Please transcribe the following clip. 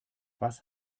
was